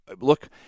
look